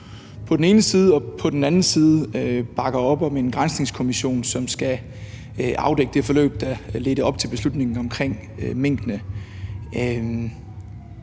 er rigsret nu, og på den anden side bakker op om en granskningskommission, som skal afdække det forløb, der ledte op til beslutningen omkring minkene.